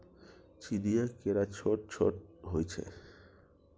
चीनीया केरा छोट छोट होइ छै